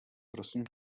prosím